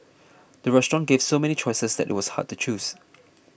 the restaurant gave so many choices that it was hard to choose